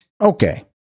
Okay